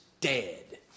dead